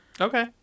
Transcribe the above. okay